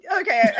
okay